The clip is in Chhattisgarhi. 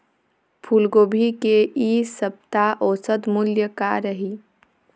फूलगोभी के इ सप्ता औसत मूल्य का रही?